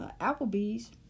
Applebee's